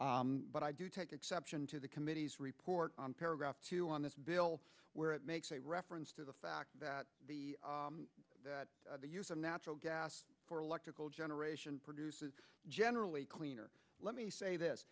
but i do take exception to the committee's report on paragraph two on this bill where it makes a reference to the fact that the the use of natural gas for electrical generation produces generally cleaner let me say this